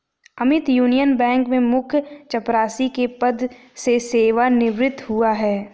Amit union bank में मुख्य चपरासी के पद से सेवानिवृत हुआ है